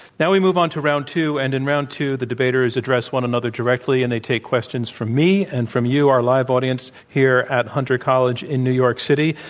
now, we move on to round two. and in round two, the debaters address one another directly, and they take questions from me and from you, our live audience here at hunter college in new york city.